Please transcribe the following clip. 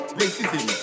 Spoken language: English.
racism